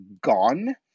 gone